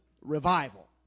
revival